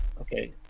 Okay